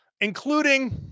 including